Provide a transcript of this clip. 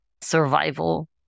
survival